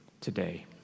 today